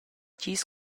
gis